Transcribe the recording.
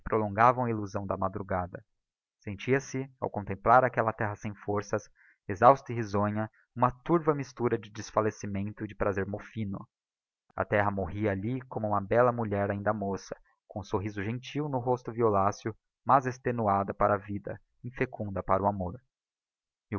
prolongavam a illusão da madrugada sentia-se ao contemplar aquella terra sem forças exhausta e risonha uma turva mistura de desfallecimento e de prazer mofino a terra morria alli como uma bella mulher ainda moça com o sorriso gentil no rosto violáceo mas extenuada para a vida infecunda para o amor